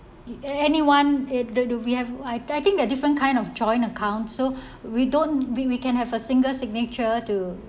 anyone it do do we have I think the different kind of joint account so we don't we we can have a single signature to